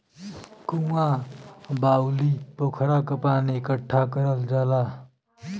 कुँआ, बाउली, पोखरा क पानी इकट्ठा करल जाला